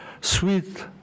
sweet